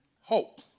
hope